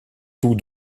tous